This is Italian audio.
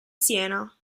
siena